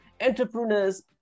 entrepreneurs